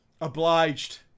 obliged